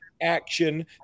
action